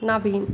Naveen